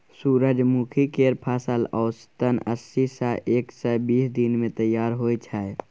सूरजमुखी केर फसल औसतन अस्सी सँ एक सय बीस दिन मे तैयार होइ छै